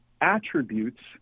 attributes